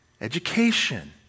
education